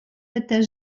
это